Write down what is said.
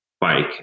bike